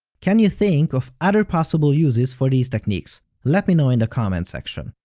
can you think of other possible uses for these techniques? let me know in the comments section!